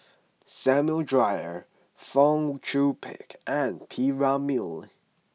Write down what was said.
Samuel Dyer Fong Chong Pik and P Ramlee